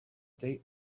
date